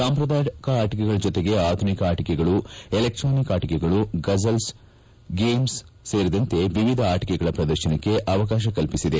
ಸಾಂಪ್ರದಾಯಿಕ ಆಟಿಕೆಗಳ ಜೊತೆಗೆ ಆಧುನಿಕ ಆಟಿಕೆಗಳು ಎಲೆಕ್ಷ್ತಾನಿಕ್ ಆಟಿಕೆಗಳು ಫಝಲ್ಪ್ ಗೇಮ್ಸ್ ಸೇರಿದಂತೆ ವಿವಿಧ ಆಟಿಕೆಗಳ ಪ್ರದರ್ಶನಕ್ಕೆ ಅವಕಾಶ ಕಲ್ಪಿಸಿದೆ